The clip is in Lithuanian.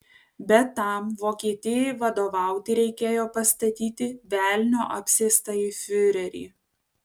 bet tam vokietijai vadovauti reikėjo pastatyti velnio apsėstąjį fiurerį